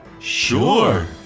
Sure